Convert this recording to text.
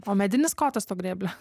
o medinis kotas to grėblio